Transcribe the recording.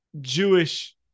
Jewish